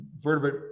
vertebrate